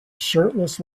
shirtless